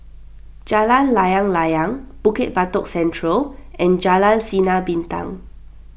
Jalan Layang Layang Bukit Batok Central and Jalan Sinar Bintang